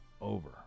Over